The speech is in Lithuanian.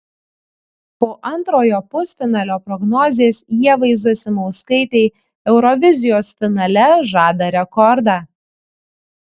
po antrojo pusfinalio prognozės ievai zasimauskaitei eurovizijos finale žada rekordą